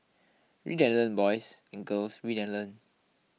read and learn boys and girls read and learn